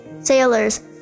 sailors